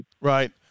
Right